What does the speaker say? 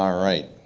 um right.